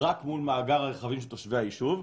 רק מול מאגר הרכבים של תושבי היישוב.